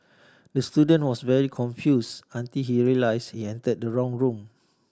the student was very confuse until he realised entered the wrong room